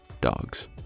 dogs